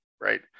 right